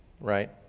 right